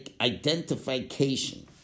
identification